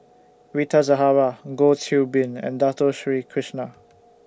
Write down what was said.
Rita Zahara Goh Qiu Bin and Dato Sri Krishna